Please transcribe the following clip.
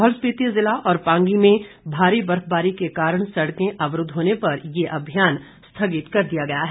लाहौल स्पिति जिला और पांगी में भारी बर्फबारी के कारण सड़कें अवरूद्व होने पर ये अभियान स्थगित कर दिया गया है